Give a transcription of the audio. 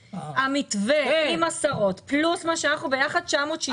המתווה עם השרות פלוס מה שאנחנו ביחד, 960 מיליון.